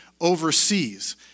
overseas